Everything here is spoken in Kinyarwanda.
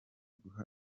guha